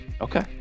Okay